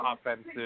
offensive